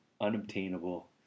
unobtainable